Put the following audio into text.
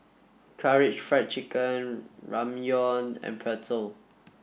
Karaage Fried Chicken Ramyeon and Pretzel